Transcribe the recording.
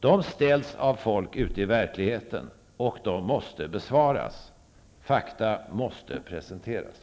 De ställs av folk ute i verkligheten, och de måste besvaras. Fakta måste presenteras.